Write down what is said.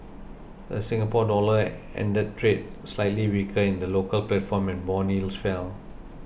the Singapore Dollar ended trade slightly weaker in the local platform and bond yields fell